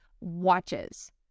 watches